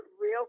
real